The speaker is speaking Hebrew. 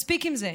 מספיק עם זה.